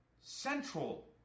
central